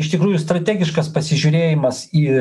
iš tikrųjų strategiškas pasižiūrėjimas į